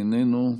איננו,